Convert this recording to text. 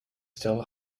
still